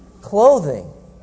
Clothing